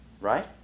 right